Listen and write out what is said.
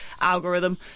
algorithm